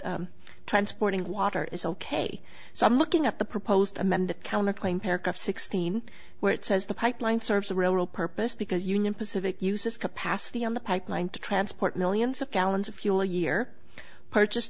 transporting water is ok so i'm looking at the proposed amend the counterclaim paragraph sixteen where it says the pipeline serves a real purpose because union pacific uses capacity on the pipeline to transport millions of gallons of fuel a year purchased